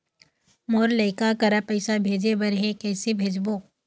मोर लइका करा पैसा भेजें बर हे, कइसे भेजबो?